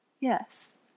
Yes